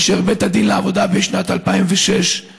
אשר בית הדין לעבודה בשנת 2006 החליט